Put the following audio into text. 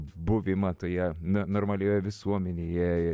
buvimą toje normalioje visuomenėje